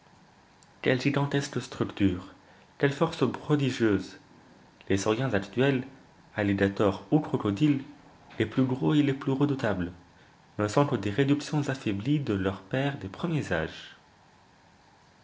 quelle gigantesque structure quelle force prodigieuse les sauriens actuels alligators ou crocodiles les plus gros et les plus redoutables ne sont que des réductions affaiblies de leurs pères des premiers âges